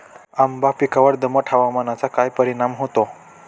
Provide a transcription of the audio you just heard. आंबा पिकावर दमट हवामानाचा काय परिणाम होतो?